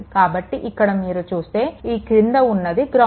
కాబట్టి ఇక్కడ మీరు చూస్తే ఈ క్రింద ఉన్నది గ్రౌండ్